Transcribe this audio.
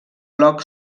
blog